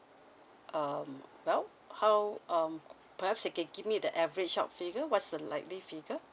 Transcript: um well how um perhaps they can give me the average out figure what's the likely figure